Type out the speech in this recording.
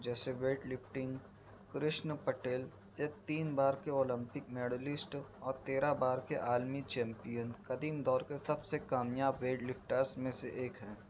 جیسے weight lifting Krishan Patel یہ تین بار کے اولمپک میڈلسٹ اور تیرہ بار کے عالمی چیمپئن قدیم دور کے سب سے کامیاب ویٹ لفٹرس میں سے ایک ہیں